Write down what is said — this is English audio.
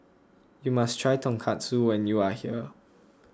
you must try Tonkatsu when you are here